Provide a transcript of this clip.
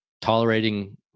tolerating